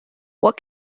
what